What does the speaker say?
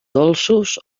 dolços